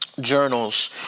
journals